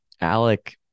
Alec